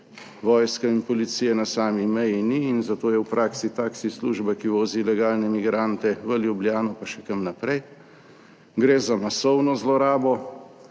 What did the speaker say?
vojske in policije na sami meji ni in zato je v praksi taksi služba, ki vozi ilegalne migrante v Ljubljano pa še kam naprej. Gre za masovno zlorabo